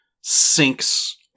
sinks